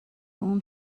اون